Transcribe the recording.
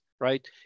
right